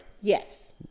Yes